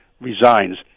resigns